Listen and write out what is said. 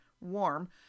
warm